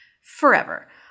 Forever